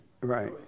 right